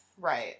Right